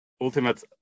ultimate